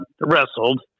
wrestled